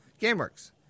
GameWorks